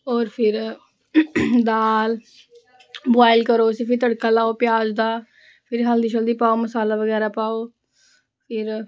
और फिर दाल बुआइल करो इसी फिर तड़का लाओ प्याज दा फिर हल्दी शल्दी लाओ मसाला बगैरा पाओ फिर